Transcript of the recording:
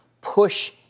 push